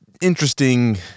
interesting